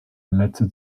netze